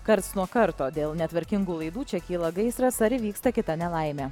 karts nuo karto dėl netvarkingų laidų čia kyla gaisras ar įvyksta kita nelaimė